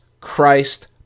Christ